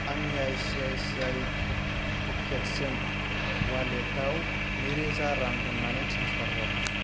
आंनि आईसिआईसिआई प'केट्सजों अवालेटाव नैरोजा रां अन्नानै ट्रेन्सफार हर